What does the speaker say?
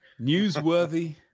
newsworthy